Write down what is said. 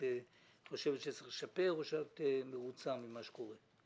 את חושבת שצריך לשפר או שאת מרוצה ממה שקורה?